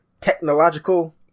technological